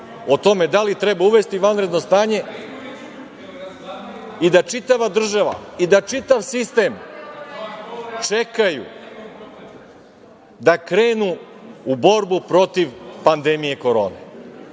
o tome da li treba uvesti vanredno stanje i da čitava država i čitav sistem čekaju da krenu u borbu protiv pandemije Korone.